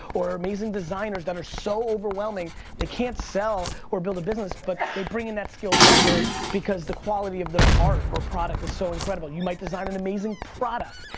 or or amazing designers that are so overwhelming they can't sell or build a business, but they bring in that skill later because the quality of their art or product is so incredible. you might design an amazing product,